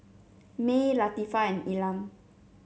Mae Latifah and Elam